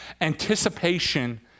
anticipation